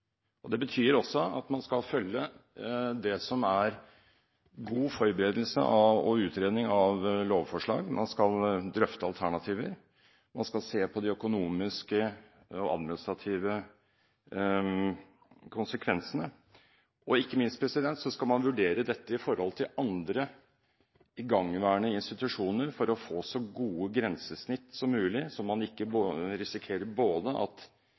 denne. Det betyr også at man skal følge det som er god forberedelse og utredning av lovforslag. Man skal drøfte alternativer, man skal se på de økonomiske og administrative konsekvensene, og ikke minst skal man vurdere dette i forhold til andre igangværende institusjoner for å få så gode grensesnitt som mulig, så man ikke risikerer at